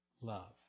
love